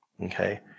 Okay